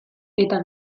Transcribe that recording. eta